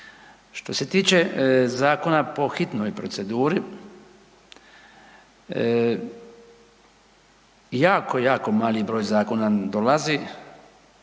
Što se tiče zakona po hitnoj proceduri, jako, jako mali broj zakona nam dolazi